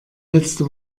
letzte